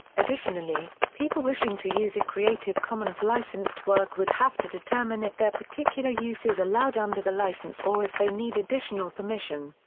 additionally, people wishing to use a creative commons-licensed work would have to determine if their particular use is allowed under the license or if they need additional permission.